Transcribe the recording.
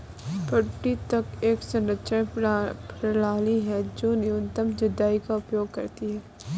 पट्टी तक एक संरक्षण प्रणाली है जो न्यूनतम जुताई का उपयोग करती है